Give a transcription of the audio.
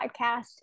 podcast